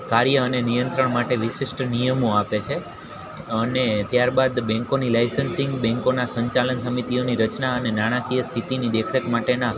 કાર્ય અને નિયંત્રણ માટે વિશિષ્ટ નિયમો આપે છે અને ત્યાર બાદ બેન્કોની લાયન્સિંગ બેન્કોના સંચાલન સમિતિઓની રચનાને નાણાંકીય સ્થિતિની દેખરેખ માટેના